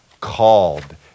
called